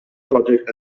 project